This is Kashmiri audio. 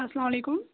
اَسلامُ علیکُم